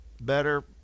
better